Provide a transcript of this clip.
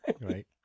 right